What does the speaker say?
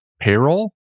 payroll